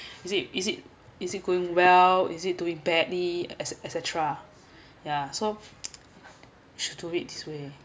is it is it is it going well is it doing badly et et cetera ya so should do it this way